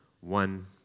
one